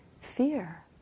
fear